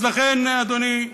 אז לכן, אדוני,